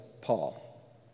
Paul